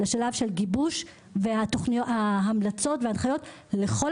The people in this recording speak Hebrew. לשלב של גיבוש המלצות והנחיות לכל